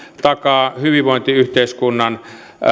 takaa hyvinvointiyhteiskunnan